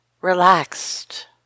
relaxed